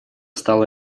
стало